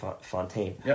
Fontaine